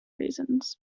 reasons